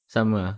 sama ah